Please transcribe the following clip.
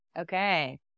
Okay